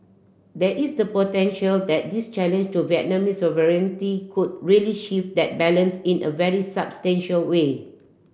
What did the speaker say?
there is the potential that this challenge to Vietnamese sovereignty could really shift that balance in a very substantial way